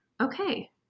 okay